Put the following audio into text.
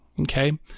Okay